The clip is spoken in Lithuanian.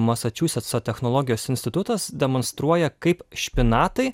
masačusetso technologijos institutas demonstruoja kaip špinatai